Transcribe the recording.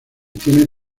tiene